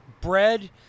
bread